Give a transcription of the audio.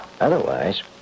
Otherwise